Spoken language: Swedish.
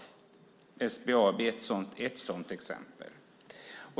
SBAB är ett sådant exempel.